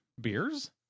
Beers